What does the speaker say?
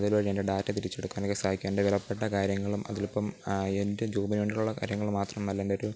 അതൊരു വഴി എൻ്റെ ഡാറ്റ തിരിച്ചെടുക്കാനൊക്കെ സഹായിക്കാൻ എൻ്റെ വിലപ്പെട്ട കാര്യങ്ങളും അതിലിപ്പോള് എൻ്റെ ജോബിന് വേണ്ടിയിട്ടുള്ള കാര്യങ്ങളും മാത്രമല്ല എൻ്റൊരു